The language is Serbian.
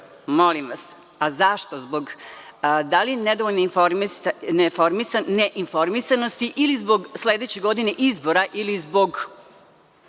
Molim vas, a zašto? Da li zbog nedovoljne neinformisanosti, ili zbog sledeće godine izbora, ili zbog